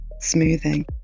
smoothing